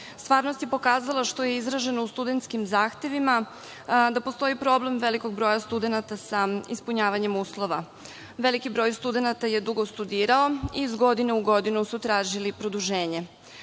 Stvarnost je pokazala, što je izraženo u studentskim zahtevima, da postoji problem velikog broja studenata sa ispunjavanjem uslova. Veliki broj studenata je dugo studirao i iz godine u godinu su tražili produženje. Takođe